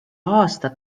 aasta